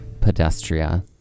Pedestria